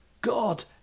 God